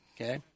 okay